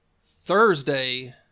Thursday